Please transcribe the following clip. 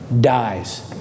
dies